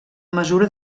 mesura